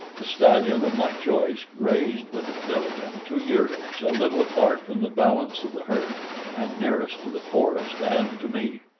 the stallion of my choice grazed with a filly and two yearlings a little apart from the balance of the herd and nearest to the forest and to me.